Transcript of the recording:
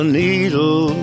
needle